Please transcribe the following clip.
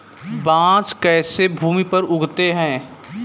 बांस कैसे भूमि पर उगते हैं?